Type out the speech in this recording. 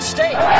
State